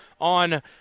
on